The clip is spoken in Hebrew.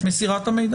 מסירת המידע.